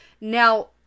Now